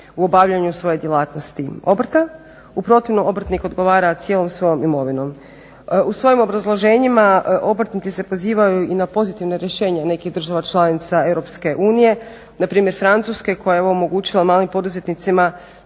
u obavljanju svoje djelatnosti obrta. U protivnom, obrtnik odgovara cijelom svojom imovinom. U svojim obrazloženjima obrtnici se pozivaju i na pozitivna rješenja nekih država članica Europske unije, npr. Francuske koja je omogućila malim poduzetnicima